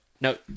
No